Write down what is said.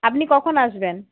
আপনি কখন আসবেন